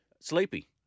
Sleepy